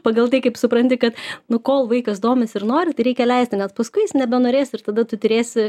pagal tai kaip supranti kad nu kol vaikas domisi ir nori tai reikia leisti nes paskui jis nebenorės ir tada tu turėsi